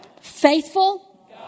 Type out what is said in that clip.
Faithful